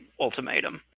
ultimatum